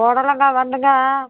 புடலங்கா வந்துங்க